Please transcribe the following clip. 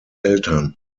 eltern